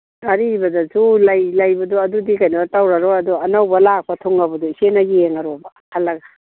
ꯑꯔꯤꯕꯗꯁꯨ ꯂꯩ ꯂꯩꯕꯗꯣ ꯑꯗꯨꯗꯤ ꯀꯩꯅꯣ ꯇꯧꯔꯔꯣꯏ ꯑꯗꯣ ꯑꯅꯧꯕ ꯂꯥꯛꯄ ꯊꯨꯡꯉꯕꯗꯣ ꯏꯆꯦꯅ ꯌꯦꯡꯉꯔꯣꯕ ꯈꯜꯂꯒ